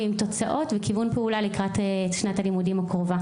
ועם תוצאות וכיוון פעולה לקראת שנת הלימודים הקרובה.